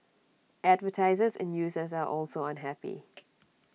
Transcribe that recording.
advertisers and users are also unhappy